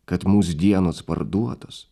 kad mūs dienos parduotos